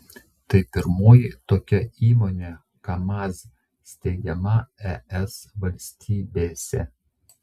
tai pirmoji tokia įmonė kamaz steigiama es valstybėse